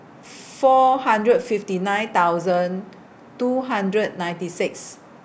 four hundred fifty nine thousand two hundred ninety six